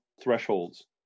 thresholds